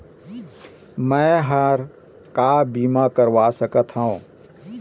मैं हर का बीमा करवा सकत हो?